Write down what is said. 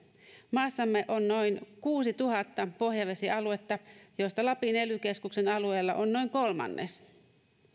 maassamme on noin kuusituhatta pohjavesialuetta joista lapin ely keskuksen alueella on noin kolmannes